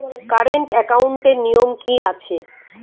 Current একাউন্টের নিয়ম কী আছে?